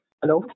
Hello